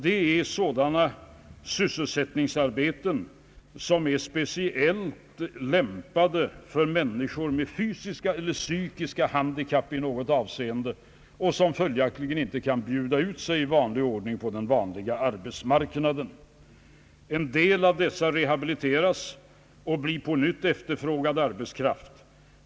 Det är sådana sysselsättningsarbeten som är speciellt lämpade för människor med fysiska eller psykiska handikapp i något avseende och som följaktligen inte kan bjuda ut sig i vanlig ordning på den öppna arbetsmarknaden. En del av dessa rehabiliteras och blir på nytt efterfrågad arbetskraft.